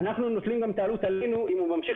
אנחנו נוטלים גם את העלות אם הוא ממשיך